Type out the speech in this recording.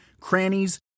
crannies